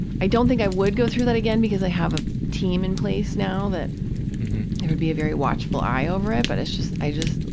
i don't think i would go through that again because i have a team in place now that there would be a very watchful eye over it, but it's just, i just,